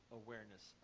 awareness